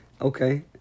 Okay